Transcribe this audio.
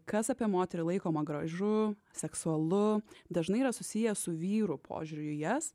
kas apie moterį laikoma gražu seksualu dažnai yra susiję su vyrų požiūriu į jas